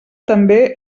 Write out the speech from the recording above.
també